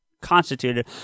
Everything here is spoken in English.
constituted